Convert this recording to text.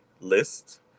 list